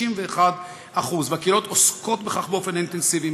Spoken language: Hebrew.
61%. הקהילות עוסקות בכך באופן אינטנסיבי,